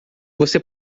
você